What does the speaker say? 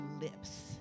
lips